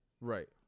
Right